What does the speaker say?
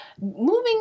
moving